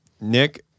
nick